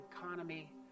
economy